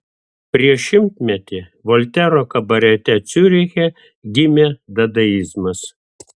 prieš šimtmetį voltero kabarete ciuriche gimė dadaizmas